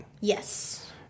Yes